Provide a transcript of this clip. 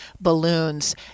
balloons